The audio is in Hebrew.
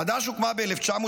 חד"ש הוקמה ב-1977,